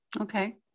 Okay